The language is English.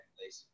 Lacey